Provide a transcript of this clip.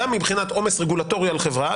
גם מבחינת עומס רגולטורי על חברה,